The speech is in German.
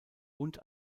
und